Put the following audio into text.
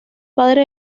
padre